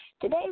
Today